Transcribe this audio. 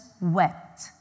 wept